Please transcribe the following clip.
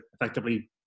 effectively